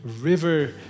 river